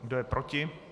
Kdo je proti?